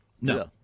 No